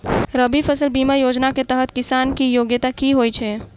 रबी फसल बीमा योजना केँ तहत किसान की योग्यता की होइ छै?